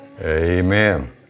amen